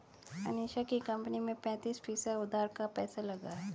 अनीशा की कंपनी में पैंतीस फीसद उधार का पैसा लगा है